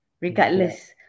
regardless